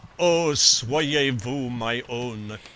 oh, soyez vous my own!